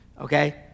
okay